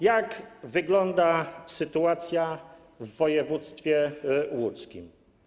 Jak wygląda sytuacja w województwie łódzkim?